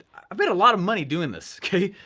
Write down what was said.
i've made a lot of money doing this, okay,